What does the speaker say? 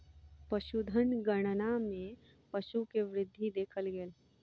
पशुधन गणना मे पशु के वृद्धि देखल गेल